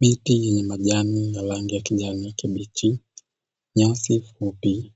Miti yenye majani ya rangi ya kijani kibichi, nyasi fupi,